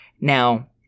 Now